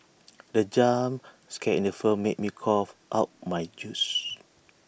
the jump scare in the firm made me cough out my juice